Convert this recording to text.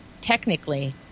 technically